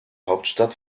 hauptstadt